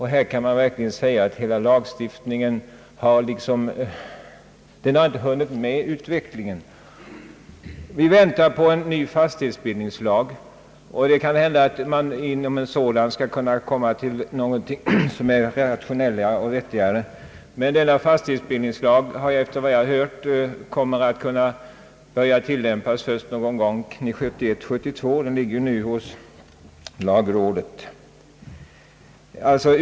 Här kan man verkligen säga att lagstiftningen inte hunnit med i utvecklingen. Vi väntar på en ny fastighetsbildningslag, och det kan hända att man med hjälp av den skall kunna åstadkomma någonting mera rationellt och vettigt, men denna lag kommer, efter vad jag har hört, att kunna börja tillämpas först någon gång 1971 eller 1972. Lagförslaget behandlas nu i lagrådet.